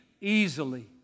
easily